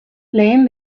lehen